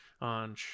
on